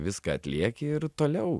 viską atlieki ir toliau